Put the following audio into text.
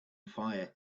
fire